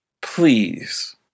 please